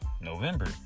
November